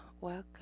welcome